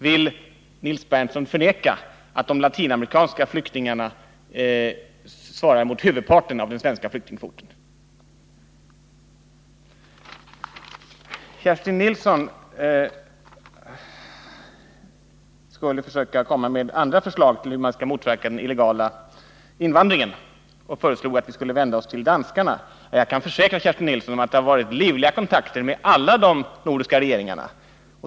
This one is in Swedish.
Vill Nils Berndtson förneka att de latinamerikanska flyktingarna svarar mot huvudparten av den svenska flyktingkvoten? Kerstin Nilsson försökte komma med förslag om hur man skall motverka den illegala invandringen och sade att vi skulle vända oss till Danmark. Jag kan försäkra Kerstin Nilsson att det har förekommit livliga kontakter med alla de nordiska regeringarna.